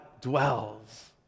dwells